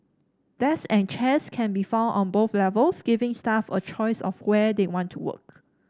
desk and chairs can be found on both levels giving staff a choice of where they want to work